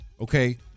Okay